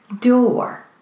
door